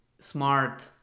smart